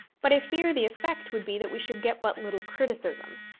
but i fear the effect would be that we should get but little criticism,